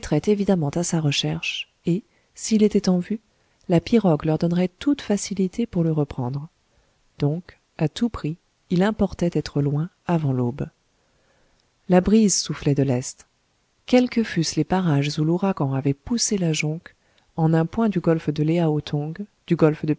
évidemment à sa recherche et s'il était en vue la pirogue leur donnerait toute facilité pour le reprendre donc à tout prix il importait d'être loin avant l'aube la brise soufflait de l'est quels que fussent les parages où l'ouragan avait poussé la jonque en un point du golfe de léaotong du golfe de